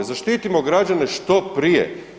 Zaštitimo građane što prije.